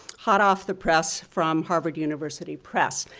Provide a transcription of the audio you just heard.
hot off the press from harvard university press.